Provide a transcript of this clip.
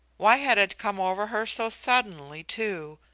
why had it come over her so suddenly too?